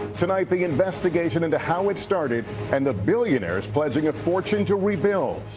tonight the investigation into how it started and the billionaires pledging a fortune to rebuild.